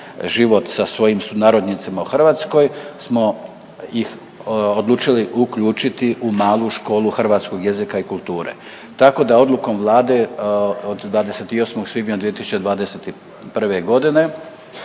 život sa svojim sunarodnjacima u Hrvatskoj smo i odlučili uključiti u malu školu hrvatskog jezika i kulture. Tako da odlukom Vlade od 28. svibnja 2021. godine